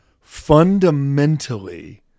fundamentally